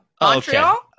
Montreal